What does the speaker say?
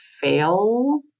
fail